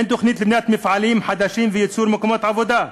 אין תוכנית לבניית מפעלים חדשים ויצירת מקומות עבודה.